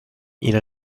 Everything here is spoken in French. ils